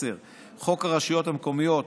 10. חוק הרשויות המקומיות